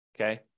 Okay